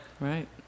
Right